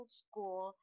school